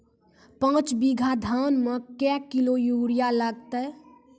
पाँच बीघा धान मे क्या किलो यूरिया लागते?